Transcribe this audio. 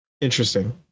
Interesting